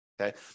Okay